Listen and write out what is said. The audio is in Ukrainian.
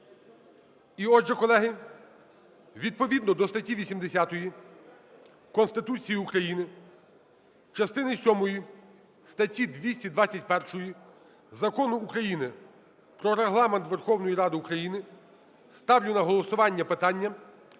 І, отже, колеги, відповідно до статті 80 Конституції України частини сьомої статті 221 Закону України "Про Регламент Верховної Ради України" ставлю на голосування питання